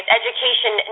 education